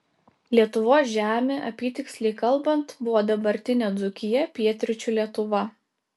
lietuvos žemė apytiksliai kalbant buvo dabartinė dzūkija pietryčių lietuva